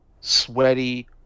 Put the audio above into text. sweaty